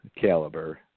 caliber